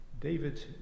David